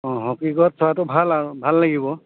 অঁ হকিকত চোৱাটো ভাল আৰু ভাল লাগিব